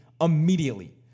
immediately